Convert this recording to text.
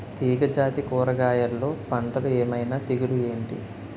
తీగ జాతి కూరగయల్లో పంటలు ఏమైన తెగులు ఏంటి?